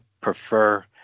prefer